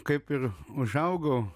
kaip ir užaugau